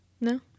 No